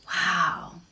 wow